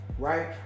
Right